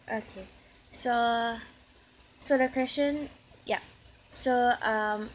okay so so the question yup so um